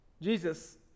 Jesus